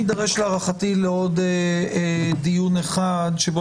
להערכתי אנחנו נידרש לעוד דיון אחד בו